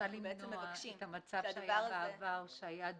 רוצה למנוע את המצב שהיה בעבר,